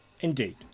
Indeed